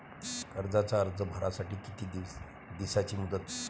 कर्जाचा अर्ज भरासाठी किती दिसाची मुदत हाय?